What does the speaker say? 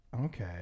okay